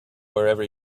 wherever